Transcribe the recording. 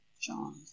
John